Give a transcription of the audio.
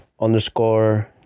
Underscore